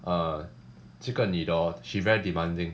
err 这个女的 hor she very demanding